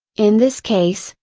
in this case,